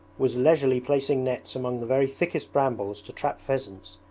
was leisurely placing nets among the very thickest brambles to trap pheasants.